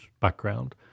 background